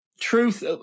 truth